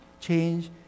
change